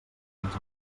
fins